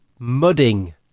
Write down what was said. mudding